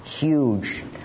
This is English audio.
huge